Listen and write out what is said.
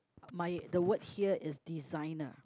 my the word here is designer